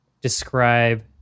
describe